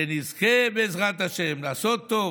שנזכה, בעזרת השם, לעשות טוב,